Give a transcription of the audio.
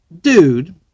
dude